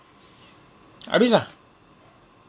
habis ah